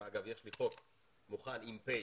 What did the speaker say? ואגב, יש לי חוק מוכן עם פ'